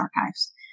archives